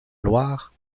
loire